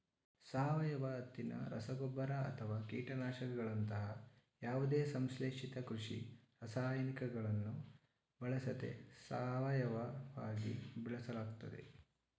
ಸಾವಯವ ಹತ್ತಿನ ರಸಗೊಬ್ಬರ ಅಥವಾ ಕೀಟನಾಶಕಗಳಂತಹ ಯಾವುದೇ ಸಂಶ್ಲೇಷಿತ ಕೃಷಿ ರಾಸಾಯನಿಕಗಳನ್ನು ಬಳಸದೆ ಸಾವಯವವಾಗಿ ಬೆಳೆಸಲಾಗ್ತದೆ